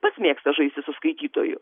pats mėgsta žaisti su skaitytoju